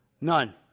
None